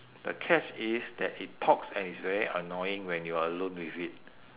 the catch is that it talks and is very annoying when you are alone with it